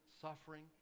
suffering